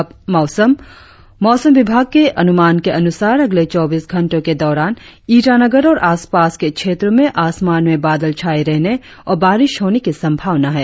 और अब मोसम मौसम विभाग के अनुमान के अनुसार अगले चौबीस घंटो के दौरान ईटानगर और आसपास के क्षेत्रो में आसमान में बादल छाये रहने और बारिश होने की संभावना है